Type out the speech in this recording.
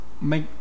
make